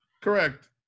correct